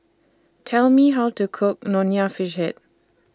Tell Me How to Cook Nonya Fish Head